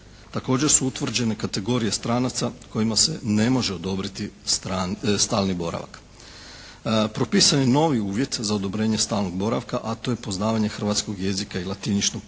Također su utvrđene kategorije stranaca kojima se ne može odobriti stalni boravak. Propisan je novi uvjet za odobrenje stalnog boravka, a to je poznavanje hrvatskog jezika i latiničnog pisma